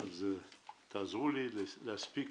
תעזרו לי להספיק,